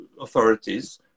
authorities